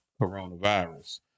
coronavirus